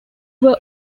were